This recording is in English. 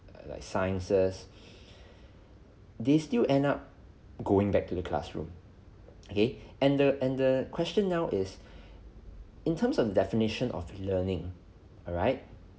err like sciences they still end up going back to the classroom okay and the and the question now is in terms of the definition of learning alright